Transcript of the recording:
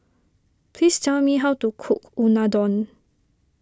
please tell me how to cook Unadon